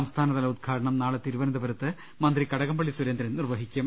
സംസ്ഥാന തല ഉദ്ഘാടനം നാളെ തിരുവനന്തപുരത്ത് മന്ത്രി കടകംപള്ളി സുരേന്ദ്രൻ നിർവ്വഹിക്കും